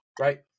right